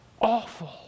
awful